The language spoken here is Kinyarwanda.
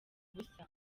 ubusa